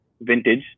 vintage